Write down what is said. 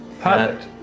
Perfect